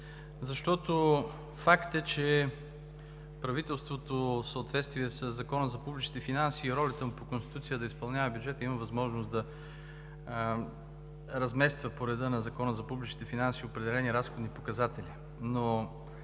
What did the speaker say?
Защото факт е, че правителството в съответствие със Закона за публичните финанси и ролята му по Конституция да изпълнява бюджета има възможност да размества по реда на Закона за публичните финанси определени разходни показатели.